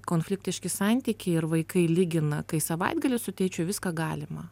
konfliktiški santykiai ir vaikai ligina kai savaitgalį su tėčiu viską galima